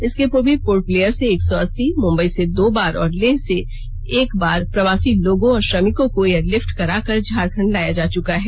इसके पूर्व भी पोर्ट प्लेयर से एक सौ अस्सी मुंबई से दो बार और लेह से एक बार प्रवासी लोगों और श्रमिकों को एयर लिफ्ट कराकर झारखंड लाया जा चुका है